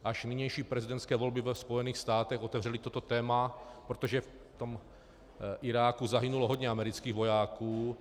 Až nynější prezidentské volby ve Spojených státech otevřely toto téma, protože v tom Iráku zahynulo hodně amerických vojáků.